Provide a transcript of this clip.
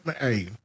Hey